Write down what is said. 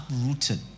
Uprooted